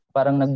Parang